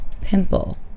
pimple